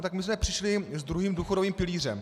Tak my jsme přišli s druhým důchodovým pilířem.